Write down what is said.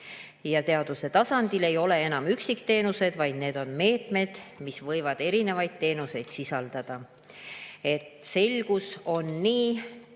Ja seaduse tasandil ei ole enam üksikteenused, vaid need on meetmed, mis võivad erinevaid teenuseid sisaldada. Selgus on nii